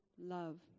love